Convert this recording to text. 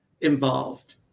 involved